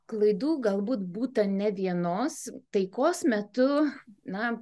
klaidų galbūt būta ne vienos taikos metu na